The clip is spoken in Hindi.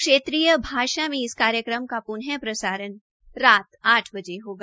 क्षेत्रीय भाषा में इस कार्यक्रम का प्न प्रसारण रात आठ बजे होगा